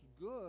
good